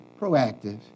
proactive